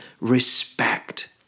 respect